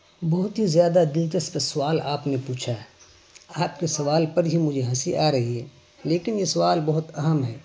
بہت ہی زیادہ دلچسپ سوال آپ نے پوچھا ہے آپ کے سوال پر ہی مجھے ہنسی آ رہی ہے لیکن یہ سوال بہت اہم ہے